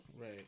Right